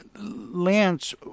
Lance